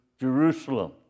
Jerusalem